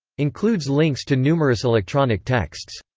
includes links to numerous electronic texts.